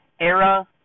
era